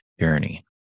journey